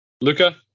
luca